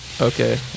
okay